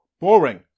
boring